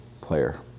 player